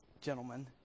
gentlemen